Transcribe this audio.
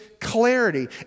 clarity